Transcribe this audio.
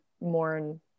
mourn